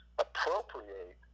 appropriate